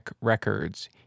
Records